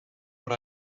what